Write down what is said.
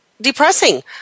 depressing